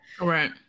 Right